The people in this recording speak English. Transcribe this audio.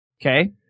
Okay